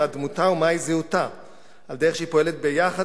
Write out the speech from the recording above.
מה דמותה ומהי זהותה על דרך שהיא פועלת ביחד,